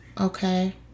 okay